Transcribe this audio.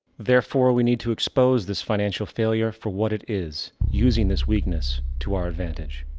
therefore, we need to expose this financial failure for what it is, using this weakness to our advantage.